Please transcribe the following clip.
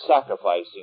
sacrificing